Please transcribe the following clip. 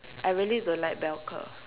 I really don't like bell curve